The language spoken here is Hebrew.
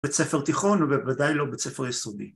‫בית ספר תיכון ובוודאי לא בית ספר יסודי.